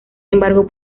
embargo